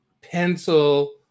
pencil